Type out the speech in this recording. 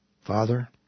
Father